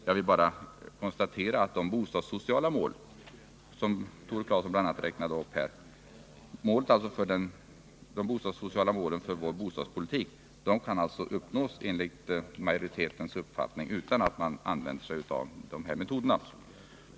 Jag vill bara konstatera att de bostadssociala målen, dvs. målen för bostadspolitiken, som Tore Claeson räknade upp här, enligt majoritetens uppfattning kan uppnås utan att man behöver använda sig av de där metoderna.